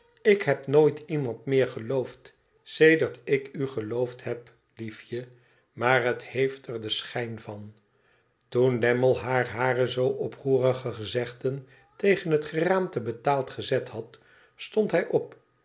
ik heb nooit iemand meer geloofd sedert ik u geloofd heb liefje maar het heeft er den schijn van toen lammie haar hare zoo oproerige gezegden tegen het geraamte betaald gezet had stond hij op